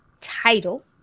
title